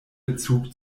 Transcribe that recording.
bezug